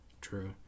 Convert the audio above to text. True